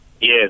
yes